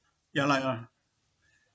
ya lah ya lah